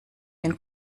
den